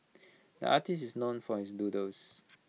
the artist is known for his doodles